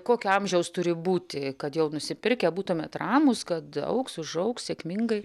kokio amžiaus turi būti kad jau nusipirkę būtumėt ramūs kad augs užaugs sėkmingai